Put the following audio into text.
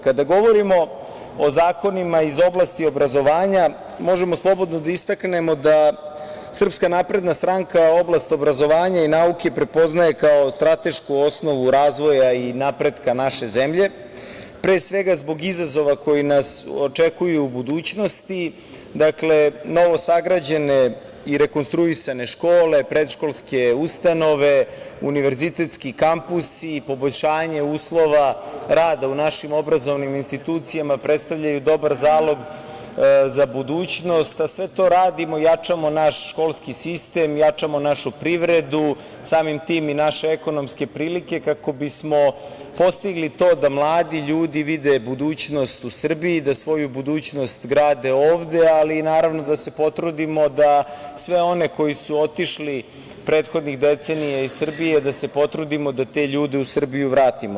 Kada govorimo o zakonima iz oblasti obrazovanja, možemo slobodno da istaknemo da SNS, oblast obrazovanja i nauke prepoznaje kao stratešku osnovu razvoja i napretka naše zemlje, pre svega zbog izazova koji nas očekuju u budućnosti, dakle novo sagrađene i rekonstruisane škole, predškolske ustanove, univerzitetski kampusi i poboljšanje uslova rada u našim obrazovnim institucijama predstavljaju dobar zalog za budućnost, a sve to radimo, jačamo naš školski sistem, jačamo našu privredu, samim tim i naše ekonomske prilike, kako bismo postigli to da mladi ljudi vide budućnost u Srbiji, da svoju budućnost grade ovde, ali i da se potrudimo da sve one koji su otišli prethodnih decenija iz Srbije da se potrudimo da te ljude u Srbiju vratimo.